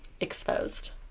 Exposed